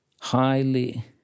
highly